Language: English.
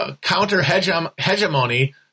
counter-hegemony